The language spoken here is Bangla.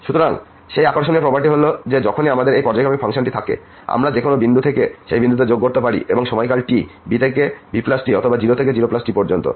সুতরাং সেই আকর্ষণীয় প্রপার্টি হল যে যখনই আমাদের এই পর্যায়ক্রমিক ফাংশনটি থাকে আমরা যে কোন বিন্দু থেকে সেই বিন্দুতে যোগ করতে পারি এবং সময়কাল T b থেকে bT অথবা 0 থেকে 0T পর্যন্ত